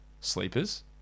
sleepers